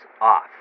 off